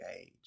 age